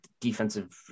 defensive